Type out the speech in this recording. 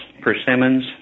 persimmons